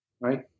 right